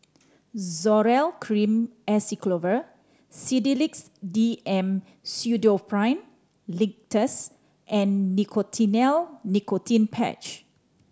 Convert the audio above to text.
Zoral Cream Acyclovir Sedilix D M Pseudoephrine Linctus and Nicotinell Nicotine Patch